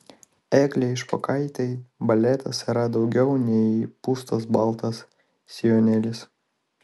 eglei špokaitei baletas yra daugiau nei pūstas baltas sijonėlis